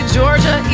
Georgia